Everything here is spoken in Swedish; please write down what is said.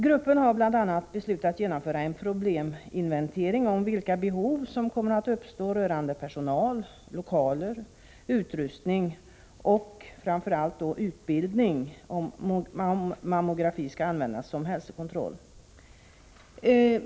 Gruppen har t.ex. beslutat genomföra en probleminventering om vilka behov som kommer att uppstå rörande personal, lokaler, utrustning och framför allt utbildning, ifall mammografi skall användas som hälsokontroll.